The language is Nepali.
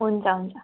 हुन्छ हुन्छ